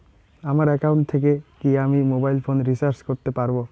আমার একাউন্ট থেকে কি আমি মোবাইল ফোন রিসার্চ করতে পারবো?